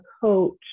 coach